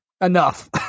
Enough